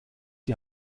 die